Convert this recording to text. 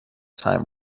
time